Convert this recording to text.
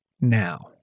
now